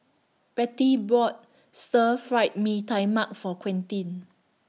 Rettie bought Stir Fry Mee Tai Mak For Quentin